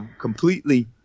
completely